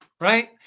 Right